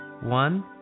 one